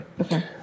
Okay